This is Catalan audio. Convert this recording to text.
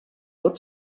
tot